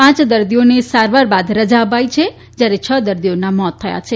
પંચ દર્દીઓને સારવાર બાદ રજા અપાઈ છે જ્યારે છ દર્દીઓના મોત થયા છે